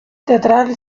teatral